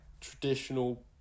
traditional